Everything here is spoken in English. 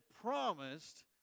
promised